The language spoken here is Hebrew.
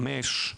חמש,